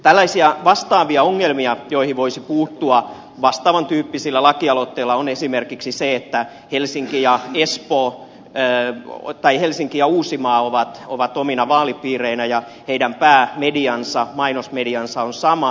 tällaisia vastaavia ongelmia joihin voisi puuttua vastaavan tyyppisillä lakialoitteilla on esimerkiksi se että helsinki ja espoo jää voi tai helsinki ja uusimaa ovat omina vaalipiireinään ja niiden päämediat mainosmediat ovat samat